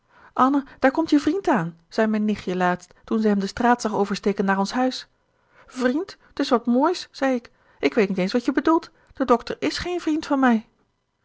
anne daar komt je vriend aan zei mijn nichtje laatst toen ze hem de straat zag oversteken naar ons huis vriend t is wat moois zei ik ik weet niet eens wat je bedoelt de dokter is geen vriend van mij